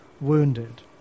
wounded